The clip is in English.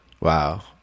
Wow